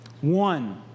One